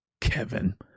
Kevin